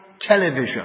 television